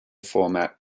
format